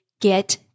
get